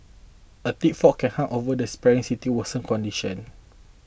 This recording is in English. a thick fog can hung over the sprawling city worsened conditions